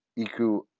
Iku